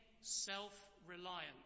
self-reliant